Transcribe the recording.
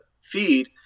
feed